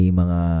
mga